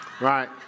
Right